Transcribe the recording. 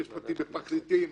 בפרקליטים,